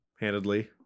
Handedly